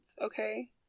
okay